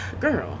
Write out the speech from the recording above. girl